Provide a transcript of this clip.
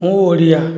ମୁଁ ଓଡ଼ିଆ